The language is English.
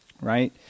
right